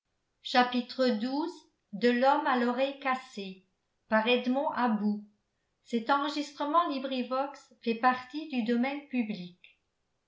à l'oreille cassée